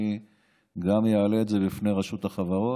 ואני אעלה את זה גם בפני רשות החברות